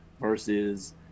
versus –